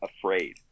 afraid